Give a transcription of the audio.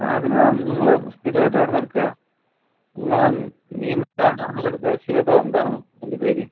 അത് നിങ്ങളാ നിങ്ങള് സ്ഥിരമായിട്ട് എവിടുന്നാണ് എടുക്കുക നിങ്ങളാ നീ മറ്റേ ആൾടെ അവിടുന്നല്ലേ എടുത്തത് ശിവദവോ എന്താണ് അതിൻ്റെ പേര്